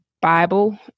Bible